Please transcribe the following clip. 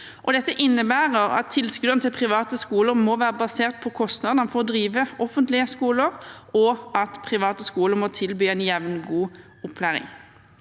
Dette innebærer at tilskuddene til private skoler må være basert på kostnadene for å drive offentlige skoler, og at private skoler må tilby en jevngod opplæring.